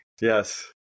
Yes